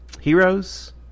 Heroes